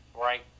right